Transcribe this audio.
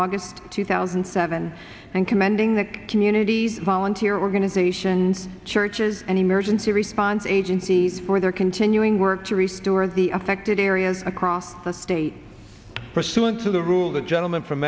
august two thousand and seven and commending the community's volunteer organizations churches and emergency response agencies for their continuing work to restore the affected areas across that state pursuant to the rule the gentleman from